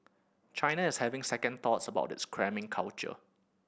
China is having second thoughts about its cramming culture